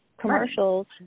Commercials